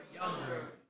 younger